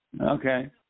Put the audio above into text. Okay